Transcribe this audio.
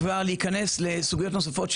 להיכנס לסוגיות נוספות,